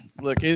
look